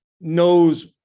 knows